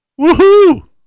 Woohoo